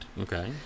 Okay